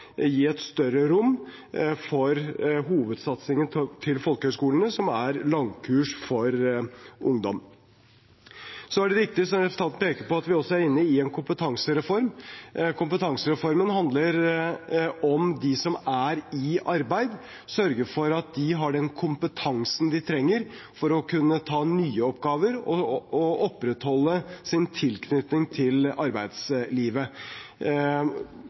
gi et større rom for hovedsatsingen til folkehøyskolene, som er langkurs for ungdom. Så er det riktig, som representanten peker på, at vi også er inne i en kompetansereform. Kompetansereformen handler om å sørge for at de som er i arbeid, har den kompetansen de trenger for å kunne ta nye oppgaver og opprettholde sin tilknytning til arbeidslivet.